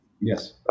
Yes